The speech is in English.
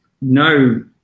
no